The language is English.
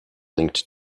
linked